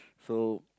so